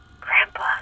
Grandpa